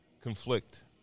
conflict